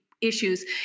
issues